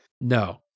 No